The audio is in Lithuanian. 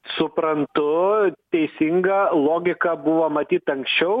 suprantu teisinga logika buvo matyt anksčiau